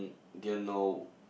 didn't know